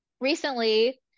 recently